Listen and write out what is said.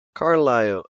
carlisle